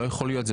לא יכול להיות,